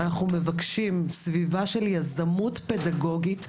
אנחנו מבקשים סביבה של יזמות פדגוגית,